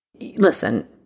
Listen